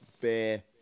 beer